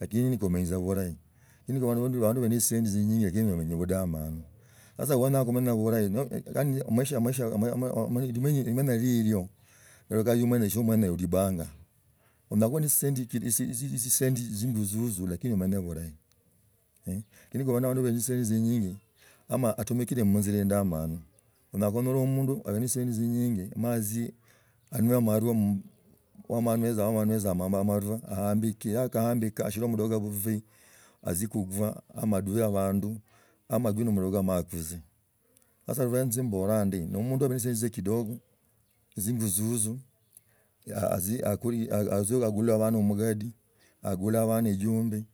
lakini nikomanyere tsa bulahi lakini kuli nende abandu bandi bali ne tsisendi tsinyinji lakini bamengere budamu sasa abwani hao khumala khubola limenya lilio yibika shio mwana weibanga onyala khuba ni tsisendi singa zuzu lakini omenya bulahi. Lakini khuli na abandu bali nitsisendi tsinyingi ama amumikile munzila idamanu onyala khunyola omundu ali ne tsisendi tsinyinji ma ozie anywe amalwa aambikiyi kandbi vuvi, atzie kurua ama aduye abandu ama agwe na mudoka manakuzie sasa eso mbola ndi nomundu abi na tsisendi tsa kidogo singa zuzu alzia agule abana umugadi agule ibano echumbi.